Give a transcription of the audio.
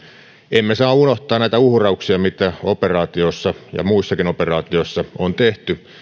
emme saa unohtaa näitä uhrauksia mitä tässä operaatiossa ja muissakin operaatioissa on tehty